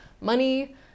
Money